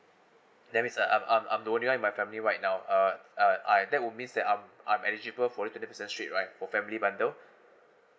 that means uh I'm I'm I'm the only one in my family right now uh uh I that would means that I'm I'm eligible for this twenty percent straight right for family bundle